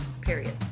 Period